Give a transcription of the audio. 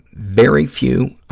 very few,